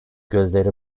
gözleri